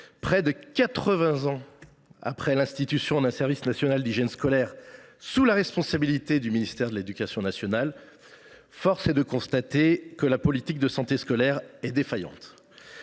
vingts ans après l’institution d’un service national d’hygiène scolaire sous la responsabilité du ministère de l’éducation nationale, force est de constater que la politique de santé scolaire est défaillante.